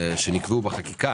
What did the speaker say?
שנקבעו בחקיקה